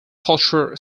cultural